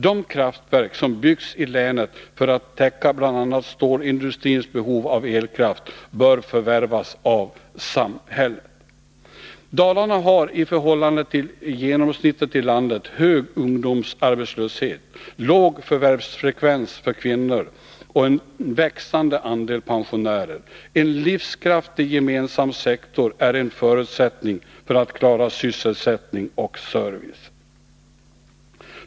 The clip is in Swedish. De kraftverk som har byggts i länet för att täcka bl.a. stålindustrins behov av elkraft bör förvärvas av samhället. Dalarna har i förhållande till genomsnittet i landet hög ungdomsarbetslöshet, låg förvärvsfrekvens för kvinnor och en växande andel pensionärer. En livskraftig gemensam sektor är en förutsättning för att man skall kunna klara sysselsättning och service.